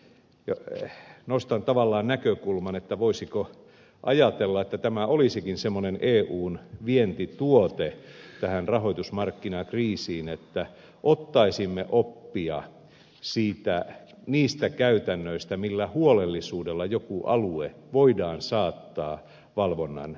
siksi nostan tavallaan näkökulman voisiko ajatella että tämä olisikin semmoinen eun vientituote tähän rahoitusmarkkinakriisiin että ottaisimme oppia niistä käytännöistä millä huolellisuudella joku alue voidaan saattaa valvonnan piiriin